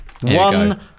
One